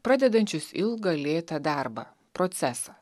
pradedančius ilgą lėtą darbą procesą